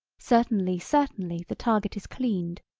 certainly certainly the target is cleaned.